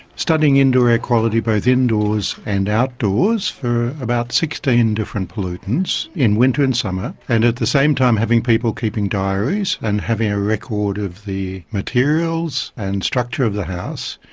studying indoor air quality both indoors and outdoors for about sixteen different pollutants in winter and summer, and at the same time having people keeping diaries and having a record of the materials and structure of the house,